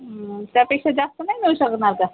त्यापेक्षा जास्त नाही मिळू शकणार का